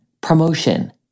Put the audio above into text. promotion